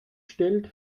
stellt